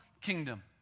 kingdom